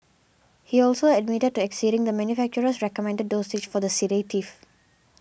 he also admitted to exceeding the manufacturer's recommended dosage for the sedative